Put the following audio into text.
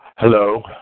Hello